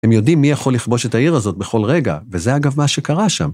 הם יודעים מי יכול לכבוש את העיר הזאת בכל רגע, וזה אגב מה שקרה שם.